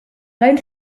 lein